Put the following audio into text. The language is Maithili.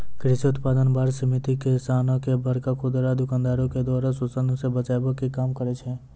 कृषि उत्पाद बार समिति किसानो के बड़का खुदरा दुकानदारो के द्वारा शोषन से बचाबै के काम करै छै